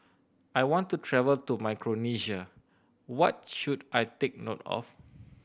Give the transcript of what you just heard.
I want to travel to Micronesia what should I take note of